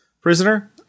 prisoner